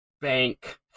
Bank